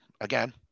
again